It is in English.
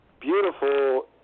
beautiful